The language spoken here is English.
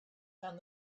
found